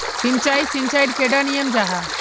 सिंचाई सिंचाईर कैडा नियम जाहा?